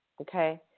Okay